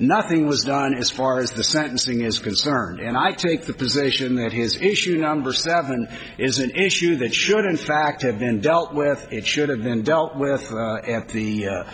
nothing was done as far as the sentencing is concerned and i take the position that his issue number seven is an issue that should in fact have been dealt with it should have been dealt with at the